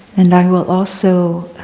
and i will also